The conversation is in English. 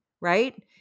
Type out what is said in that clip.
right